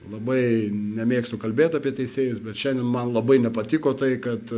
labai nemėgstu kalbėt apie teisėjus bet šiandien man labai nepatiko tai kad